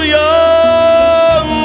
young